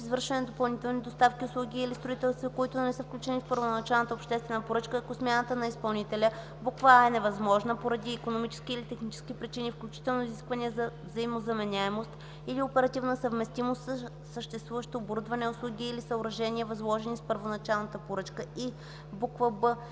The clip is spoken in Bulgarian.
извършване на допълнителни доставки, услуги или строителство, които не са включени в първоначалната обществена поръчка, ако смяната на изпълнителя: а) е невъзможна поради икономически или технически причини, включително изисквания за взаимозаменяемост или оперативна съвместимост със съществуващо оборудване, услуги или съоръжения, възложени с първоначалната поръчка, и б) би